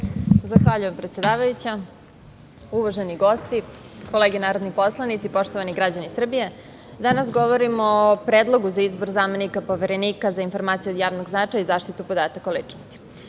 Zahvaljujem, predsedavajuća. Uvaženi gosti, kolege narodni poslanici, poštovani građani Srbije, danas govorimo o Predlogu za izbor zamenika Poverenika za informacije od javnog značaja i zaštitu podataka o ličnosti.U